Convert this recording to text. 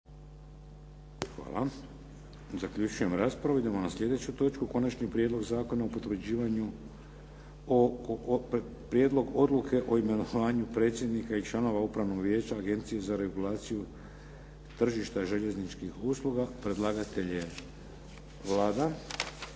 Hvala. Zaključujem raspravu. **Bebić, Luka (HDZ)** Prelazimo na prijedlog Odluke o imenovanju predsjednika i članova Upravnog vijeća Agencije za regulaciju tržišta željezničkih usluga. Predlagatelj Vlada